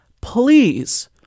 Please